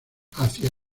hacia